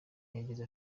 yagize